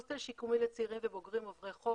הוסטל שיקומי לצעירים ובוגרים עוברי חוק.